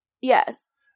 Yes